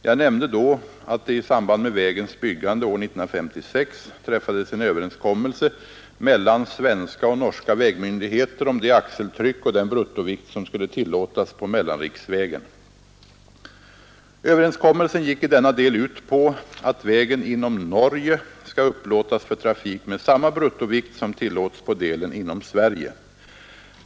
Jag nämnde då att det i samband med vägens byggande år 1956 träffades en överenskommelse mellan svenska och norska vägmyndigheter om det axeltryck och den bruttovikt som skulle tillåtas på mellanriksvägen. Överenskommelsen gick i denna del ut på att vägen inom Norge skall upplåtas för trafik med samma bruttovikt som tillåts på delen inom Sverige.